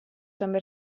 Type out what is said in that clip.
també